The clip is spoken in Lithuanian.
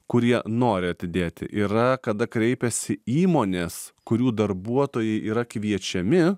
kurie nori atidėti yra kada kreipiasi įmonės kurių darbuotojai yra kviečiami